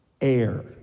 air